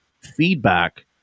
feedback